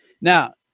Now